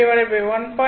451